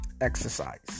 Exercise